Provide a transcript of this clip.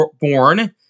born